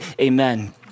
amen